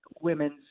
women's